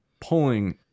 pulling